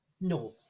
no